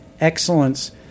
excellence